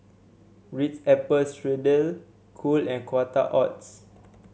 Ritz Apple Strudel Cool and Quaker Oats